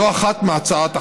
לא אחת מהצעת החוק.